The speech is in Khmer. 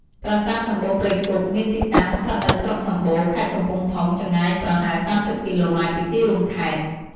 ប្រាសាទសំបូរព្រៃគុក មានទីតាំង ស្ថិតនៅស្រុកសំបូរ ខេត្តកំពង់ធំ ចម្ងាយប្រហែល ៣០ គីឡូម៉ែត្រពីទីរួមខេត្ត។